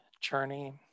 journey